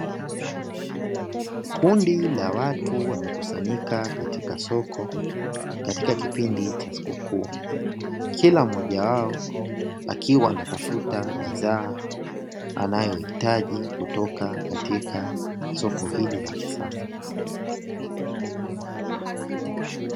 Kundi la watu wamekusanyika katika soko katika kipindi cha sikukuu, kila mmoja wao akiwa anatafuta bidhaa anayohitaji kutoka katika soko hili la kisasa.